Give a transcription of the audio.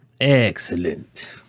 Excellent